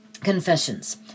confessions